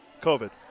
COVID